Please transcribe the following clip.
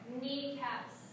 Kneecaps